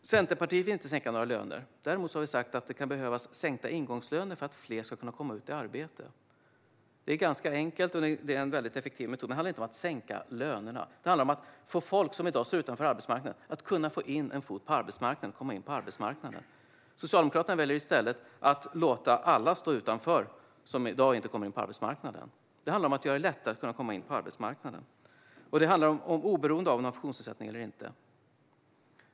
Centerpartiet vill inte sänka några löner. Men vi har sagt att det kan behövas sänkta ingångslöner för att fler ska komma i arbete. Det är en enkel och effektiv metod. Det handlar inte om att sänka löner. Det handlar om att folk som i dag står utanför arbetsmarknaden ska kunna få in en fot på arbetsmarknaden. Socialdemokraterna väljer i stället att låta alla som i dag inte kommer in på arbetsmarknaden stå utanför. För oss handlar det om att göra det lättare att komma in på arbetsmarknaden, oberoende av om man har en funktionsnedsättning eller inte.